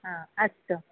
हा अस्तु